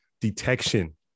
detection